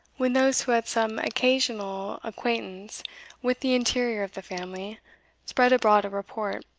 when those who had some occasional acquaintance with the interior of the family spread abroad a report,